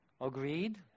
Agreed